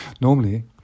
Normally